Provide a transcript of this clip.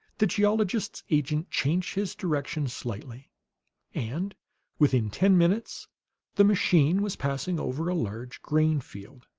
the geologist's agent changed his direction slightly and within ten minutes the machine was passing over a large grain field.